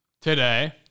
today